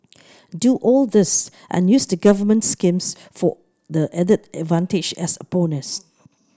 do all this and use the government schemes for the added advantage as a bonus